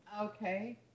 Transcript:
Okay